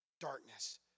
darkness